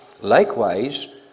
Likewise